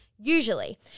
usually